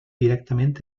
directament